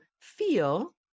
feel